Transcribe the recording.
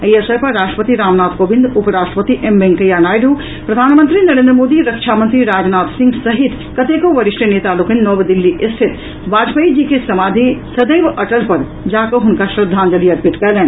एहि अवसर पर राष्ट्रपति रामनाथ कोविंद उप राष्ट्रपति एम वेंकैया नायडू प्रधानमंत्री नरेंद्र मोदी रक्षा मंत्री राजनाथ सिंह सहित कतेको वरिष्ठ नेता लोकनि नव दिल्ली स्थित वाजपेयी जी के समाधी सदैव अटल पर जाकऽ हुनका श्रद्धाजंलि अर्पित कयलनि